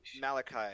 Malachi